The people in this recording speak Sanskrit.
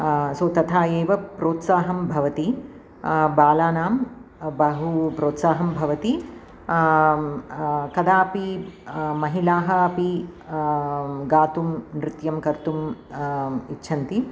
सो तथा एव प्रोत्साहं भवति बालानां बहु प्रोत्साहं भवति कदापि महिलाः अपि गातुं नृत्यं कर्तुं इच्छन्ति